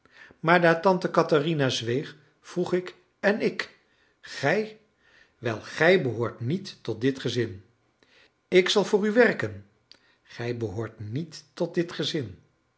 maar daar tante katherina zweeg vroeg ik en ik gij wel gij behoort niet tot dit gezin ik zal voor u werken gij behoort niet tot dit gezin